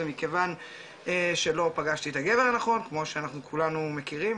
מכיוון שלא פגשתי את הגבר הנכון כמו שאנחנו כולנו מכירים,